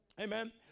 Amen